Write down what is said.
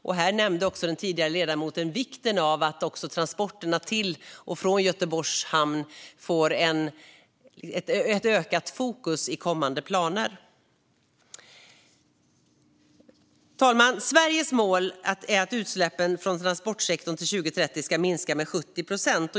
Och den tidigare ledamoten i debatten nämnde också vikten av att transporterna till och från Göteborgs hamn får ett ökat fokus i kommande planer. Fru talman! Sveriges mål är att utsläppen från transportsektorn till 2030 ska minska med 70 procent.